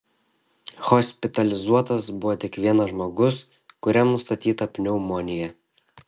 hospitalizuotas buvo tik vienas žmogus kuriam nustatyta pneumonija